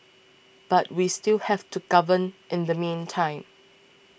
but we still have to govern in the meantime